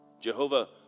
Jehovah